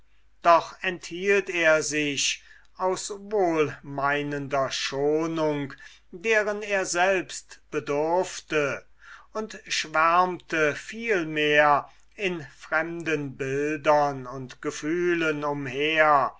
doch enthielt er sich aus wohlmeinender schonung deren er selbst bedurfte und schwärmte vielmehr in fremden bildern und gefühlen umher